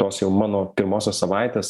tos jau mano pirmosios savaitės